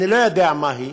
אני לא יודע מהי,